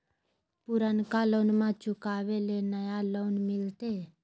पुर्नका लोनमा चुकाबे ले नया लोन मिलते?